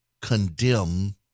condemn